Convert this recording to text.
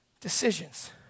decisions